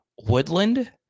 Woodland